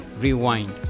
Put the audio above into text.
Rewind